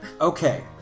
Okay